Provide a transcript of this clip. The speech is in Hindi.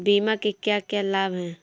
बीमा के क्या क्या लाभ हैं?